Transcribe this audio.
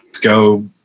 go